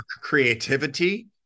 creativity